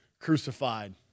crucified